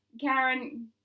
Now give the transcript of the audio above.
Karen